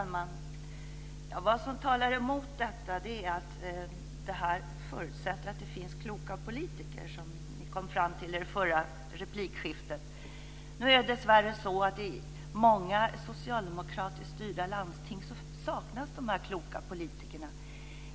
Herr talman! Vad som talar emot detta är att det här förutsätter att det finns kloka politiker, som ni kom fram till i det förra replikskiftet. Nu är det dessvärre så att i många socialdemokratiskt styrda landsting saknas de här kloka politikerna.